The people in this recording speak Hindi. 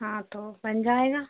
हाँ तो बन जाएगा